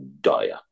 dire